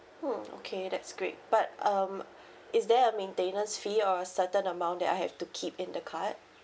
mm okay that's great but um is there a maintenance fee or a certain amount that I have to keep in the card